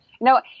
no